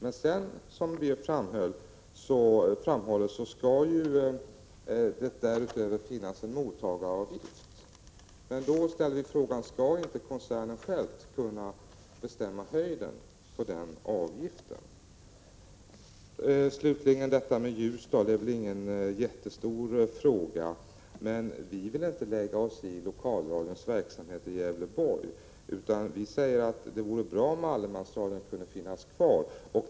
Men, som vi framhåller, det skall därutöver finnas en mottagaravgift. I det sammanhanget ställer vi frågan: Skall inte koncernen själv kunna bestämma storleken på den avgiften? Allemansradion i Ljusdal är ingen jättestor fråga, men vi vill inte lägga oss i lokalradions verksamhet i Gävleborg. Vi säger att det vore bra om allemansradion kunde finnas kvar.